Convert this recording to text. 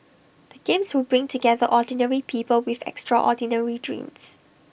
the games will bring together ordinary people with extraordinary dreams